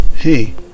Hey